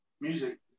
music